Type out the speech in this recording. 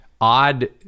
odd